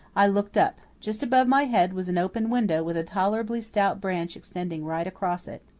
i looked up. just above my head was an open window with a tolerably stout branch extending right across it.